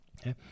Okay